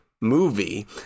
movie